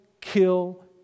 kill